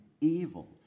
evil